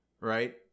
right